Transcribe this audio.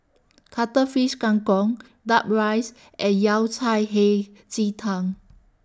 Cuttlefish Kang Kong Duck Rice and Yao Cai Hei Ji Tang